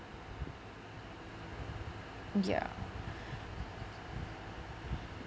ya